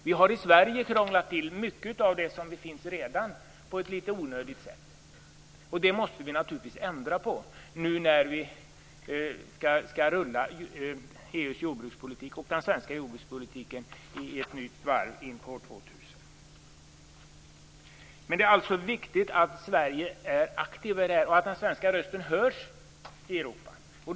Vi har i Sverige redan krånglat till mycket av det som finns på ett litet onödigt sätt. Det måste vi naturligtvis ändra på, nu när vi skall rulla EU:s jordbrukspolitik och den svenska jordbrukspolitiken ett nytt varv inpå år 2000. Det är alltså viktigt att Sverige är aktivt och att den svenska rösten hörs i Europa.